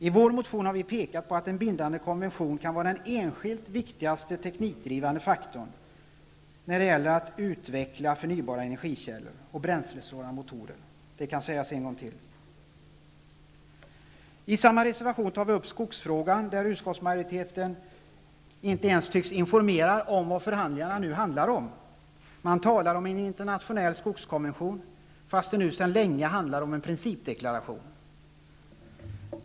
I vår motion har vi pekat på att en bindande konvention kan vara den enskilt viktigaste teknikdrivande faktorn i utvecklingen av förnybara energikällor och bränslesnåla motorer. Detta kan sägas en gång till. I reservation 2 tar vi också upp skogsfrågan, där utskottsmajoriteten inte ens tycks informerad om vad förhandlingarna nu handlar om. Man talar om en internationell skogskonvention, fast det nu sedan länge handlar om en principdeklaration.